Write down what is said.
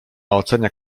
ocenia